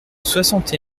soixante